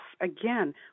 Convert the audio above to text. again